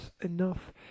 enough